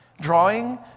drawing